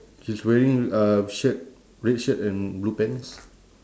she's wearing uh shirt red shirt and blue pants